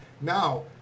now